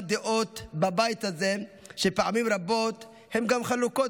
דעות בבית הזה שפעמים רבות הן גם חלוקות,